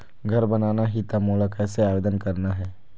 घर बनाना ही त मोला कैसे आवेदन करना हे?